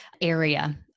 area